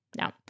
No